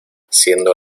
siendo